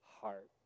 heart